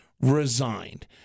resigned